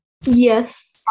Yes